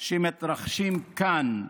שמתרחשים כאן.